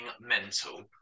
mental